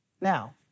Now